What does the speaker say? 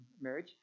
marriage